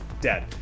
dead